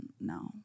no